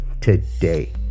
Today